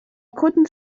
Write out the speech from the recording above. couldn’t